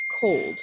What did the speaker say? cold